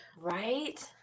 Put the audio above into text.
right